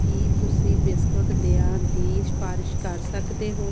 ਕੀ ਤੁਸੀਂ ਬਿਸਕੁਟ ਦਿਆਂ ਦੀ ਸਿਫਾਰਿਸ਼ ਕਰ ਸਕਦੇ ਹੋ